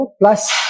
plus